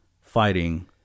fighting